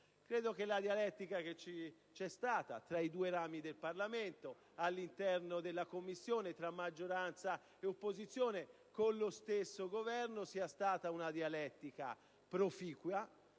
Credo che la dialettica che vi è stata tra i due rami del Parlamento e all'interno della Commissione, tra maggioranza e opposizione e con lo stesso Governo sia stata proficua: